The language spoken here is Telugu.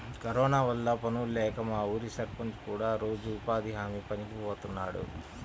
కరోనా వల్ల పనుల్లేక మా ఊరి సర్పంచ్ కూడా రోజూ ఉపాధి హామీ పనికి బోతన్నాడు